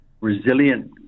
resilient